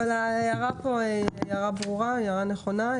ההערה היא הערה ברורה ונכונה.